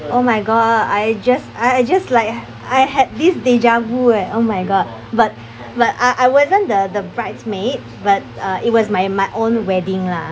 oh my god I just I I just like I had this deja vu eh oh my god but but I I wasn't the the bridesmaid but uh it was my my own wedding lah